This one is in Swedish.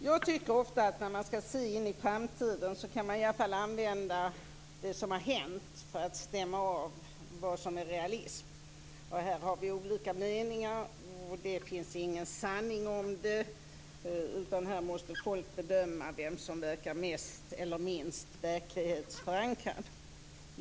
Fru talman! Jag tycker att man ofta kan använda det som har hänt för att stämma av vad som är realistiskt när man skall se in i framtiden. Här har vi olika meningar. Det finns ingen sanning. Här måste folk bedöma vem som verkar mest eller minst verklighetsförankrad.